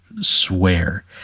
swear